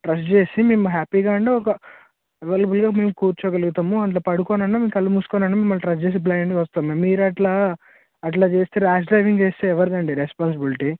trust చేసి మేము హ్యాపీగా అండ్ ఒక అవైలబుల్గా మేం కూర్చోగలుగుతాము అందులో పడుకోనన్నా మేం కళ్ళు మూసుకోనన్నా మిమ్మల్ని ట్రస్ చేసి బ్లైండ్గా వస్తాం మేము మీరే అట్లా అట్ల చేస్తే ర్యాష్ డ్రైవింగ్ చేస్తే ఎవరిదండి రెస్పాన్సిబులిటి